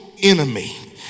enemy